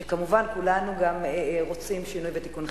כמובן, כולנו גם רוצים שינוי ותיקון חברתי,